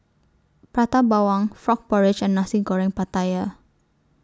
Prata Bawang Frog Porridge and Nasi Goreng Pattaya